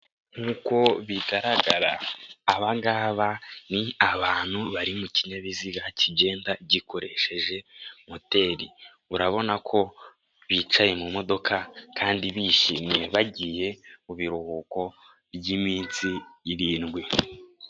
Nkuko bigaragara aba ngaba ni abantu bari mu kinyabiziga kigenda gikoresheje moteri. Urabona ko bicaye mu modoka kandi bishimye, bagiye mu biruhuko by'iminsi irindwi.